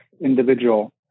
individual